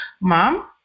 mom